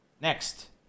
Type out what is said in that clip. Next